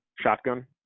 shotgun